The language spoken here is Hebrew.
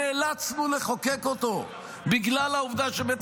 נאלצנו לחוקק אותו בגלל העובדה שבית